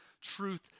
truth